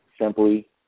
simply